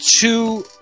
two